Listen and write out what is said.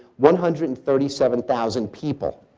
one hundred and thirty seven thousand people.